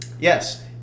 yes